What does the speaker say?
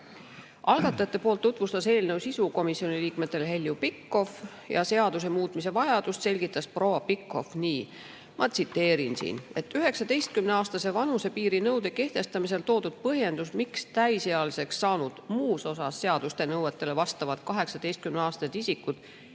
Algatajate poolt tutvustas eelnõu sisu komisjoni liikmetele Heljo Pikhof ja seaduse muutmise vajadust selgitas proua Pikhof nii. Ma tsiteerin [teda protokollist]: 19 aasta vanusepiiri nõude kehtestamisel toodud põhjendus, miks täisealiseks saanud muus osas seaduste nõuetelevastavad 18-aastased isikud